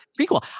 prequel